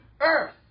earth